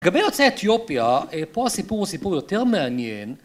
לגבי יוצאי אתיופיה, פה הסיפור הוא סיפור יותר מעניין.